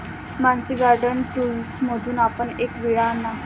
Mansi garden टूल्समधून आपण एक विळा आणा